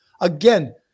Again